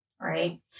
right